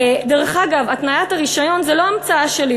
דרך אגב, התניית הרישיון, זו לא המצאה שלי.